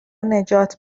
نجات